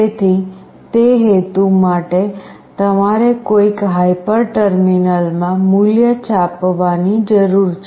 તેથી તે હેતુ માટે તમારે કોઈક હાયપર ટર્મિનલમાં મૂલ્ય છાપવાની જરૂર છે